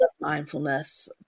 mindfulness